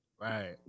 Right